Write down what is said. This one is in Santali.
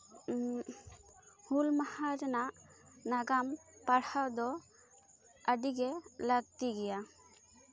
ᱦᱩᱞ ᱢᱟᱦᱟ ᱨᱮᱱᱟᱜ ᱱᱟᱜᱟᱢ ᱯᱟᱲᱦᱟᱣ ᱫᱚ ᱟᱹᱰᱤᱜᱮ ᱞᱟᱹᱠᱛᱤ ᱜᱮᱭᱟ